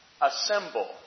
assemble